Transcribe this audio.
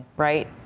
Right